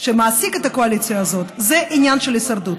שמעסיק את הקואליציה הזאת זה עניין של הישרדות.